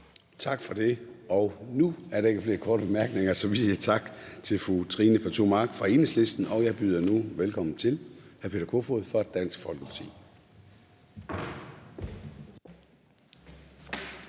Tak for det. Nu er der ikke flere korte bemærkninger, så vi siger tak til fru Trine Pertou Mach fra Enhedslisten, og jeg byder nu velkommen til hr. Peter Kofod fra Dansk Folkeparti.